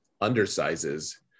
undersizes